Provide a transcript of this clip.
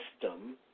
system